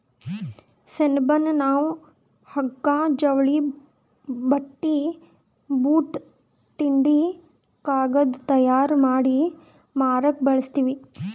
ಸೆಣಬನ್ನ ನಾವ್ ಹಗ್ಗಾ ಜವಳಿ ಬಟ್ಟಿ ಬೂಟ್ ತಿಂಡಿ ಕಾಗದ್ ತಯಾರ್ ಮಾಡಿ ಮಾರಕ್ ಬಳಸ್ತೀವಿ